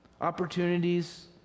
Opportunities